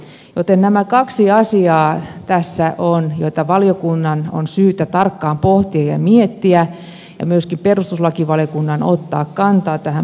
joten tässä on nämä kaksi asiaa joita valiokunnan on syytä tarkkaan pohtia ja miettiä ja myöskin perustuslakivaliokunnan ottaa kantaa tähän pakkojäsenyysasiaan